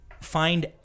find